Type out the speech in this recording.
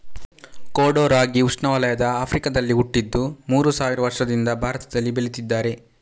ಕೊಡೋ ರಾಗಿ ಉಷ್ಣವಲಯದ ಆಫ್ರಿಕಾದಲ್ಲಿ ಹುಟ್ಟಿದ್ದು ಮೂರು ಸಾವಿರ ವರ್ಷದಿಂದ ಭಾರತದಲ್ಲಿ ಬೆಳೀತಿದ್ದಾರೆ